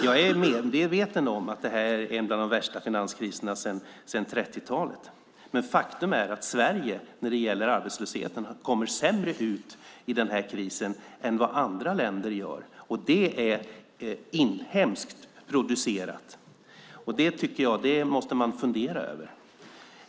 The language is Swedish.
Jag är medveten om att detta är en av de värsta finanskriserna sedan 30-talet, men faktum är att Sverige när det gäller arbetslösheten kommer sämre ur denna kris än vad andra länder gör. Det är inhemskt producerat, och det tycker jag att man måste fundera över.